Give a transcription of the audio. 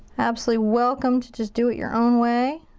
absolutely welcome to just do it your own way.